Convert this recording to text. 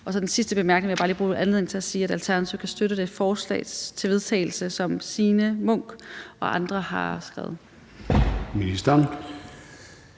Som den sidste bemærkning vil jeg bare lige bruge anledningen til at sige, at Alternativet kan støtte det forslag til vedtagelse, som Signe Munk og andre har skrevet.